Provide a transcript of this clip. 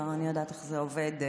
אני יודעת איך זה עובד,